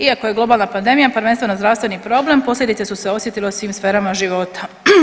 Iako je globalna pandemija prvenstveno zdravstveni problem, posljedice su se osjetile u svim sferama života.